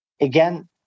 Again